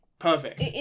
perfect